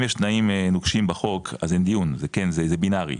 אם יש תנאים נוקשים בחוק אז אין דיון זה כן זה בינארי,